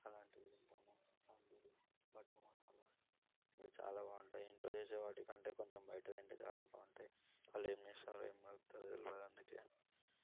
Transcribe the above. అలాంటివి తింటాము తందూరి బటర్ మసాలా ఇవి చాలా బాగుంటాయి ఇంట్లో చేసేవాటి కంటే కొంచెం బయట తింటే చాలా బాగుంటాయి వాళ్ళు ఏంచేస్తారో ఏం కలుపుతారో తెలియదు అందుకే